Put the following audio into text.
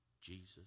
Jesus